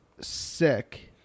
Sick